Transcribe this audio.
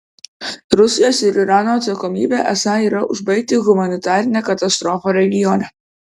rusijos ir irano atsakomybė esą yra užbaigti humanitarinę katastrofą regione